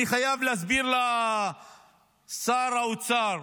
אני חייב להסביר לשר האוצר: